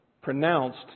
pronounced